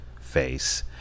Face